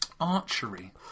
Archery